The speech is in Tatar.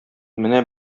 менә